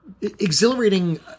exhilarating